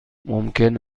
ممکن